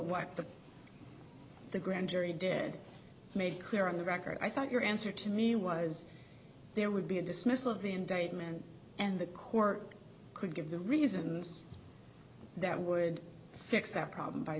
the the grand jury did made clear on the record i thought your answer to me was there would be a dismissal of the indictment and the court could give the reasons that would fix that problem by